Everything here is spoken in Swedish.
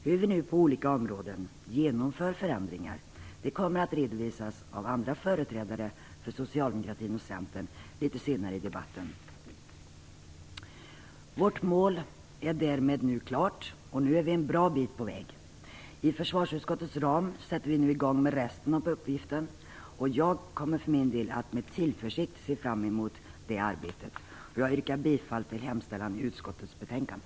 Hur vi nu på olika områden genomför förändringar kommer litet senare i debatten att redovisas av andra företrädare för socialdemokraterna och Centern. Vårt mål är därmed klart, och nu är vi en bra bit på väg. Inom försvarsutskottets ram sätter vi nu i gång med resten av uppgiften. Jag för min del ser med tillförsikt fram emot det arbetet. Jag yrkar bifall till hemställan i utskottets betänkande.